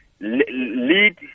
Lead